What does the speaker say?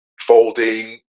folding